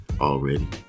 already